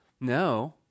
no